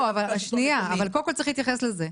לא, אבל שנייה, קודם כל צריך להתייחס לזה.